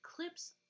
clips